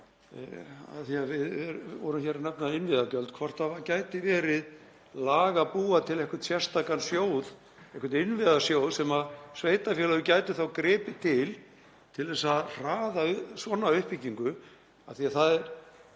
því að við vorum að nefna innviðagjöld, hvort það gæti verið lag að búa til einhvern sérstakan sjóð, einhvern innviðasjóð sem sveitarfélögin gætu gripið til til að hraða svona uppbyggingu. Það er